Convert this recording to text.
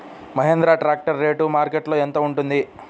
Mahindra tractor rate మార్కెట్లో యెంత ఉంటుంది?